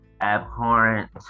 abhorrent